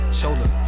shoulder